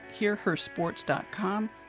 hearhersports.com